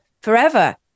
forever